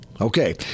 Okay